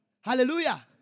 Hallelujah